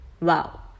Wow